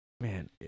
Man